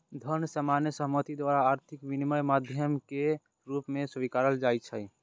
धन सामान्य सहमति द्वारा आर्थिक विनिमयक माध्यम के रूप मे स्वीकारल जाइ छै